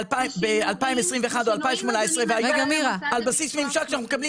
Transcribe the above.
ב-2021 או 2018 והיום על בסיס ממשק שאנחנו מקבלים